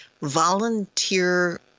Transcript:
volunteer